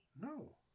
No